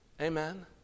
Amen